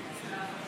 תוספת